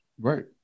Right